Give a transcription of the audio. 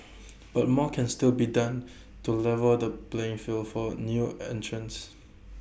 but more can still be done to level the playing field for new entrants